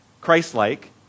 christ-like